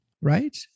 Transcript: right